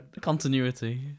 Continuity